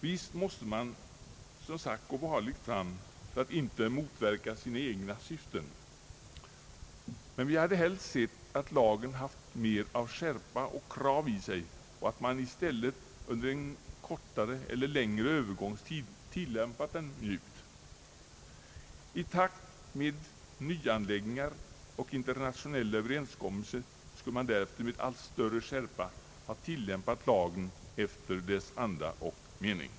Visst måste man, som sagt, gå varligt fram för att inte motverka sina egna syften, men vi hade helst sett att lagen haft mer av skärpa och kraft i sig och att man i stället under en kortare eller längre övergångstid tillämpat den mjukt. I takt med nyanläggningar och internationella överenskommelser skulle man därefter med allt större skärpa ha tilllämpat lagen enligt dess anda och mening.